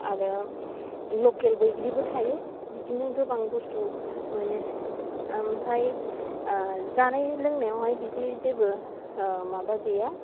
आरो लकेल बैग्रिबो थायो बिदिनो गोबां बस्थु मोनो आमफाय जानाय लोंनायावहाय बिदि जेबो माबा गैया